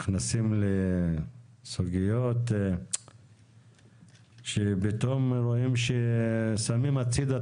נכנסים לסוגיות שפתאום רואים ששמים הצידה